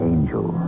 Angel